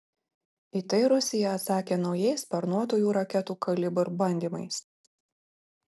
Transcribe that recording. į tai rusija atsakė naujais sparnuotųjų raketų kalibr bandymais